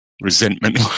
resentment